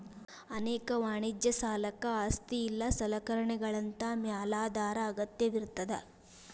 ಅನೇಕ ವಾಣಿಜ್ಯ ಸಾಲಕ್ಕ ಆಸ್ತಿ ಇಲ್ಲಾ ಸಲಕರಣೆಗಳಂತಾ ಮ್ಯಾಲಾಧಾರ ಅಗತ್ಯವಿರ್ತದ